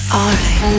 alright